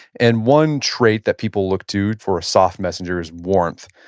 and one trait that people look to for a soft messenger is warmth.